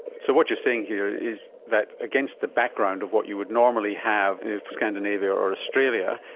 so what you're saying here is that against the background of what you would normally have in scandinavia or australia,